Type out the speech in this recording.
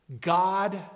God